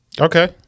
Okay